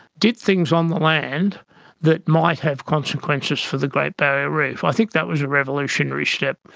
did things on the land that might have consequences for the great barrier reef. i think that was a revolutionary step.